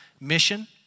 Mission